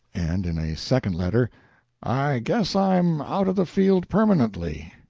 and in a second letter i guess i'm out of the field permanently.